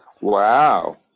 Wow